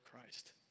Christ